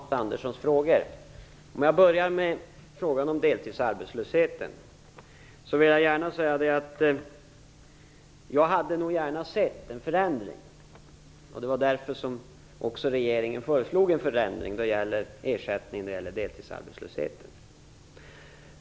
Fru talman! Jag skall svara på Hans Anderssons frågor. Om jag börjar med frågan om deltidsarbetslösheten vill jag gärna säga att jag nog gärna hade sett en förändring. Det var därför regeringen föreslog en förändring då det gäller ersättning vid deltidsarbetslöshet.